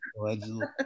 allegedly